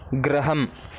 गृहम्